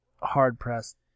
hard-pressed